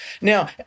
Now